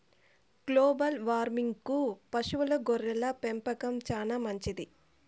global వార్మింగ్కు పశువుల గొర్రెల పెంపకం చానా మంచిది